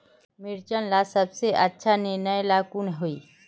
मिर्चन ला सबसे अच्छा निर्णय ला कुन होई?